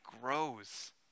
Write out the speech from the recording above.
grows